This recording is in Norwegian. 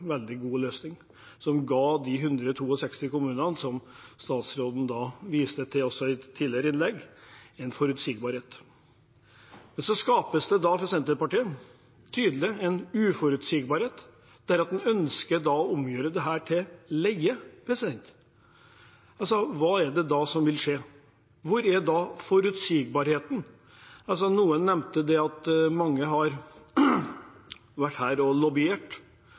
veldig god løsning, som ga de 162 kommunene, som statsråden viste til i et tidligere innlegg, forutsigbarhet. Men så skaper altså Senterpartiet en tydelig uforutsigbarhet. Man ønsker å gjøre om dette til leie. Hva vil da skje? Hvor er forutsigbarheten? Noen nevnte at mange har vært her og